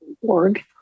org